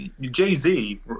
jay-z